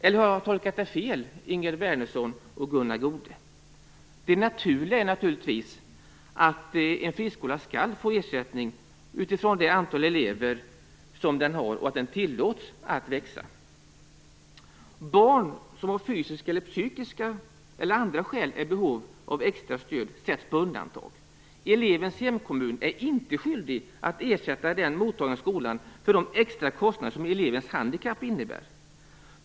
Eller har jag tolkat det fel, Ingegerd Wärnersson och Gunnar Goude? Det naturliga är naturligtvis att en friskola skall få ersättning utifrån det antal elever som den har och att den tillåts att växa. Barn som av fysiska, psykiska eller andra skäl är i behov av extra stöd sätts på undantag. Elevens hemkommun är inte skyldig att ersätta den mottagande skolan för de extra kostnader som elevens handikapp innebär.